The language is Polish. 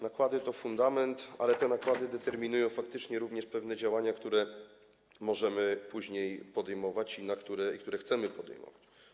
Nakłady to fundament, ale te nakłady determinują faktycznie również pewne działania, które możemy później podejmować i które chcemy podejmować.